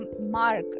mark